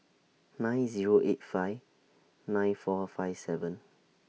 nine Zero eight five nine four five seven